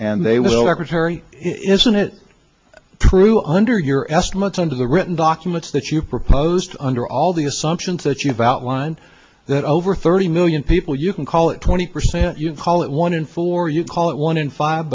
and they will average very infinite pru under your estimates under the written documents that you proposed under all the assumptions that you have outlined that over thirty million people you can call it twenty percent you call it one in four you call it one in five